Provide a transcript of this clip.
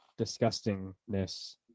disgustingness